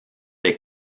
des